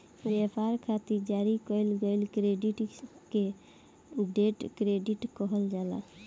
ब्यपार खातिर जारी कईल गईल क्रेडिट के ट्रेड क्रेडिट कहल जाला